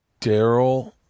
Daryl